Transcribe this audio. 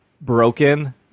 broken